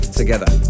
together